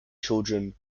children